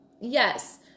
Yes